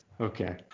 Okay